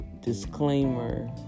Disclaimer